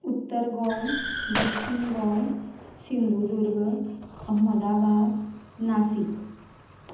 उत्तर गोंय दक्षिण गोंय सिंधुदूर्ग अहमदाबाद नासिक